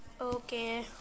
Okay